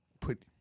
put